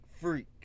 freak